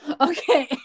okay